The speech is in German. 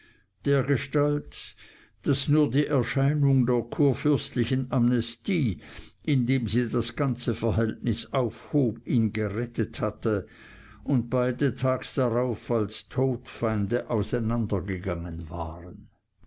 dergestalt daß nur die erscheinung der kurfürstlichen amnestie indem sie das ganze verhältnis aufhob ihn gerettet hatte und beide tags darauf als todfeinde auseinander gegangen waren